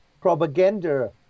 propaganda